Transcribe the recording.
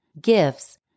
gifts